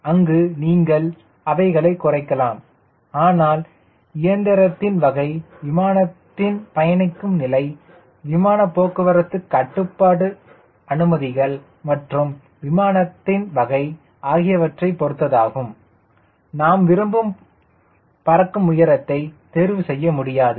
அங்கு நீங்கள் அவைகளை குறைக்கலாம் ஆனால் இயந்திரத்தின் வகை விமானத்தின் பயணிக்கும் நிலை விமான போக்குவரத்து கட்டுப்பாட்டு அனுமதிகள் மற்றும் விமானத்தின் வகை ஆகியவற்றைப் பொருத்து நாம் விரும்பும் பறக்கும் உயரத்தை தேர்வு செய்ய முடியாது